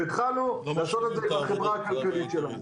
והתחלנו לעשות את זה עם החברה הכלכלית שלנו.